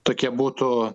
tokie būtų